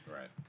Right